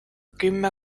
kümme